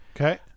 Okay